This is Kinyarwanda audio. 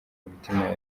imitima